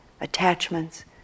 attachments